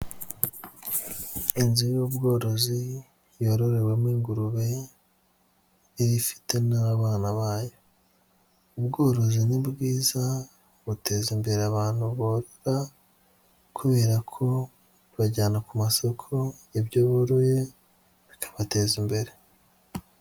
Inzu y'ubworozi yororewemo ingurube ifite n'abana bayo. Ubworozi ni bwiza buteza imbere abantu borora kubera ko bajyana ku masoko ibyo boroye bikabateza imbere.